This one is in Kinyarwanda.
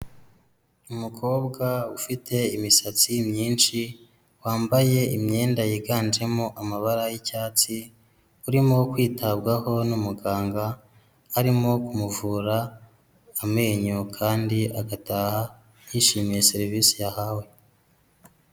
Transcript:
Umukobwa ufite imisatsi myinshi, wambaye imyenda yiganjemo amabara y'icyatsi, urimo kwitabwaho n'umuganga arimo kumuvura amenyo kandi agataha yishimiye serivisi yahawe.